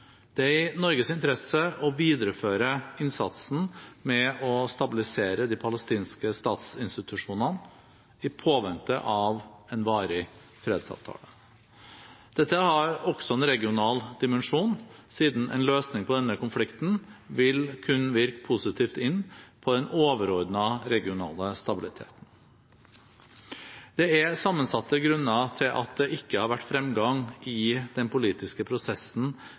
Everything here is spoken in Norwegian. Det er i Norges interesse å videreføre innsatsen med å stabilisere de palestinske statsinstitusjonene, i påvente av en varig fredsavtale. Dette har også en regional dimensjon, siden en løsning på denne konflikten vil kunne virke positivt inn på den overordnede regionale stabiliteten. Det er sammensatte grunner til at det ikke har vært fremgang i den politiske prosessen